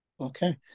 Okay